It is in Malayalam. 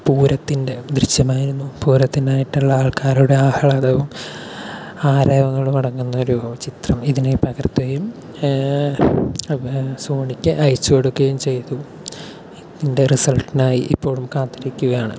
പൂരത്തിൻ്റെ ദൃശ്യമായിരുന്നു പൂരത്തിനായിട്ടുള്ള ആൾക്കാരുടെ ആഹ്ളാദവും ആരവങ്ങളും അടങ്ങുന്നൊരു ചിത്രം ഇതിനെ പകർത്തുകയും അത് സോണിക്ക് അയച്ചു കൊടുക്കുകയും ചെയ്തു ഇതിൻ്റെ റിസൾട്ടിനായി ഇപ്പോൾ കാത്തിരിക്കുകയാണ്